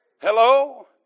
Hello